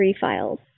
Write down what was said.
files